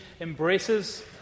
embraces